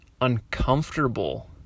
uncomfortable